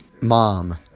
Mom